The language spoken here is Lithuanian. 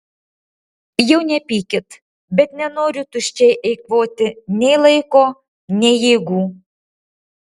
jau nepykit bet nenoriu tuščiai eikvoti nei laiko nei jėgų